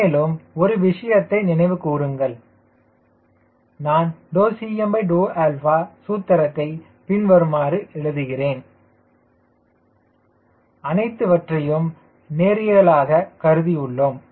மேலும் ஒரு விஷயத்தை நினைவு கூறுங்கள் நான் Cma சூத்திரத்தை பின்வருமாறு எழுதுகிறேன் CmaCmCLCLa அனைத்துவற்றையும் நேரியலாக கருதியுள்ளோம்